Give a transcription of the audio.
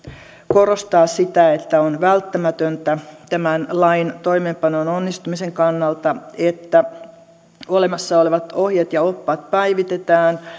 korostaa sitä että on välttämätöntä tämän lain toimeenpanon onnistumisen kannalta että olemassa olevat ohjeet ja oppaat päivitetään